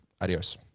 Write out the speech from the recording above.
Adios